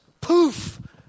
poof